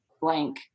blank